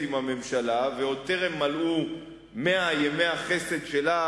עם הממשלה שעוד טרם מלאו 100 ימי החסד שלה,